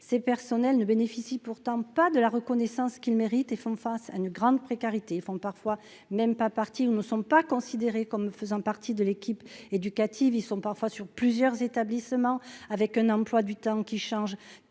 ces personnels ne bénéficie pourtant pas de la reconnaissance qu'il mérite et font face à une grande précarité, ils font parfois même pas partir ou ne sont pas considérés comme faisant partie de l'équipe éducative, ils sont parfois sur plusieurs établissements avec un emploi du temps qui changent